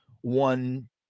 one